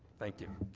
thank you.